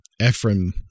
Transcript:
Ephraim